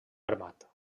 armat